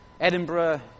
Edinburgh